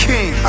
King